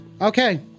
okay